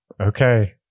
okay